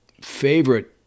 favorite